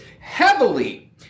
heavily